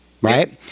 Right